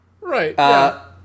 Right